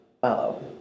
follow